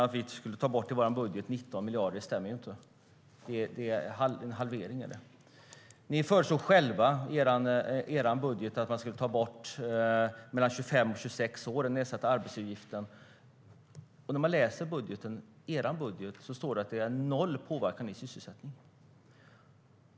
Att vi skulle ta bort 19 miljarder i vår budget stämmer inte; en halvering är det. Ni föreslår själva i er budget att man ska ta bort den nedsatta arbetsgivaravgiften för människor mellan 25 och 26 år. I er budget står det att det ger noll påverkan på sysselsättningen.